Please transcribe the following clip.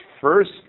first